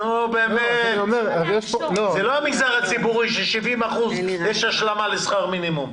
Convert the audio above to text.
זה לא המגזר הציבורי של-70 אחוזים יש השלמה לשכר מינימום.